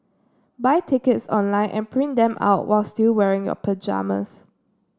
buy tickets online and print them out while still wearing your pyjamas